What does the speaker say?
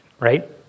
Right